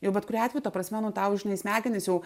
jau bet kuriuo atveju ta prasme nu tau žinai smegenys jau